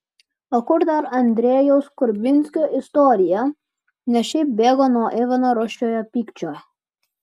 o kur dar andrejaus kurbskio istorija ne šiaip bėgo nuo ivano rūsčiojo pykčio